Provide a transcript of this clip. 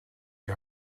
die